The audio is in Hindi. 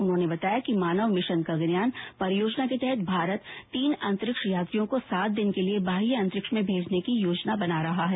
उन्होंने बताया कि मानव मिशन गगनयान परियोजना के तहत भारत तीन अंतरिक्ष यात्रियों को सात दिन के लिए बाह्य अंतरिक्ष में भेजने की योजना बना रहा है